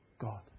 God